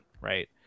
right